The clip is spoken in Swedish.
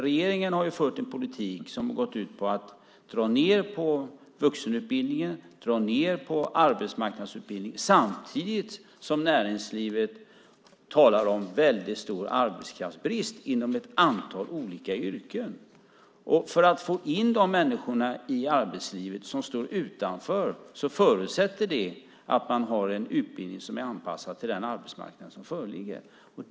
Regeringen har fört en politik som gått ut på att dra ned på vuxenutbildningen och dra ned på arbetsmarknadsutbildningen samtidigt som näringslivet talar om väldigt stor arbetskraftsbrist inom ett antal olika yrken. Att få in de människor i arbetslivet som står utanför förutsätter att de har en utbildning som är anpassad till den arbetsmarknad som föreligger.